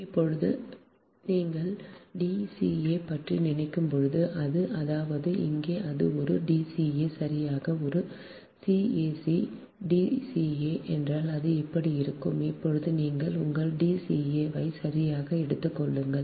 இப்போது நீங்கள் D ca பற்றி நினைக்கும் போது அது அதாவது இங்கே அது ஒரு D ca சரியான ஒரு c ac D ca என்றால் அது இப்படி இருக்கும் இப்போது நீங்கள் உங்கள் D ca ஐ சரியாக எடுத்துக் கொள்ளுங்கள்